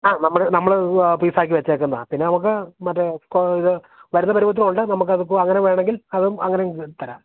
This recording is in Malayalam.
ആ നമുക്ക് നമ്മള് പീസാക്കി വെച്ചേക്കുന്നതാണ് പിന്നെ നമുക്ക് മറ്റേ ഇത് വരുന്ന പരുവത്തിലുണ്ട് നമുക്കതിപ്പോള് അങ്ങനെ വേണമെങ്കിൽ അതും അങ്ങനെങ്കിലും തരാം